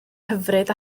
hyfryd